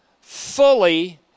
fully